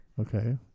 Okay